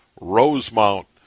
Rosemount